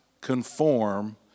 conform